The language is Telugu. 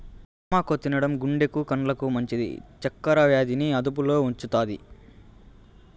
చామాకు తినడం గుండెకు, కండ్లకు మంచిది, చక్కర వ్యాధి ని అదుపులో ఉంచుతాది